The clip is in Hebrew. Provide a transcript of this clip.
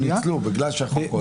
הם ניצלו בגלל שהחוק עולה.